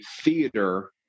theater